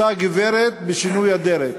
אותה הגברת בשינוי אדרת.